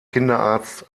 kinderarzt